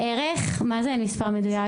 (אומרת דברים בשפת הסימנים,